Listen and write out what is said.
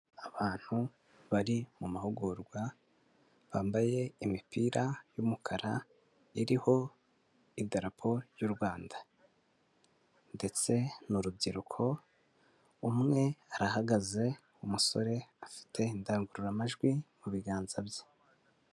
Abantu bari mu mahugurwa bambaye imipira y'umukara, iriho idarapo ry'u Rwanda; ndetse ni urubyiruko, umwe arahagaze, umusore afite indangururamajwi mu biganza bye.